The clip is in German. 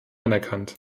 anerkannt